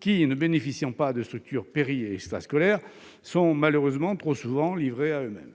qui ne bénéficient pas de structures périscolaires et extrascolaires, de sorte qu'ils se retrouvent malheureusement trop souvent livrés à eux-mêmes.